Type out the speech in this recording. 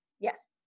Yes